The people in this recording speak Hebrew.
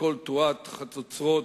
לקול תרועת חצוצרות,